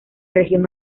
región